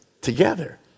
together